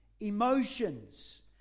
emotions